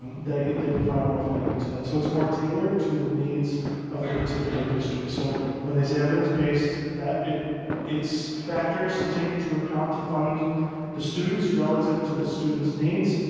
they they provide more funding into that. so it's more tailored to the needs of particular district. so when they say evidence-based that it its factors to take into account to fund the students relative to the students needs,